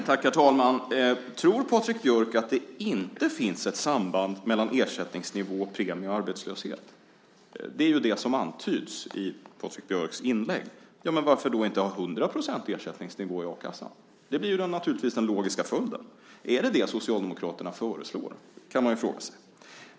Herr talman! Tror Patrik Björck att det inte finns ett samband mellan ersättningsnivå, premie och arbetslöshet? Det är det som antyds i Patrik Björcks inlägg. Ja, men varför då inte ha 100 % ersättningsnivå i a-kassan? Det blir naturligtvis den logiska följden. Är det detta Socialdemokraterna föreslår, kan man fråga sig.